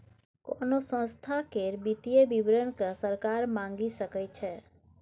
कोनो संस्था केर वित्तीय विवरण केँ सरकार मांगि सकै छै